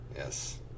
Yes